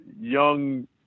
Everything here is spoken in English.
young